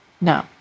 no